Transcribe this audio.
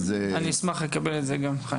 אני אשמח לקבל את זה חיים.